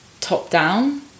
top-down